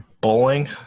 Bowling